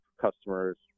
customers